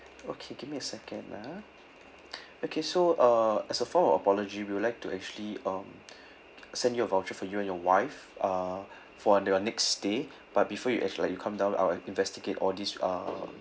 okay give me a second ah okay so uh as a form of apology we will like to actually um send you a voucher for you and your wife uh for your next stay but before you act~ like you come down I'll investigate all these err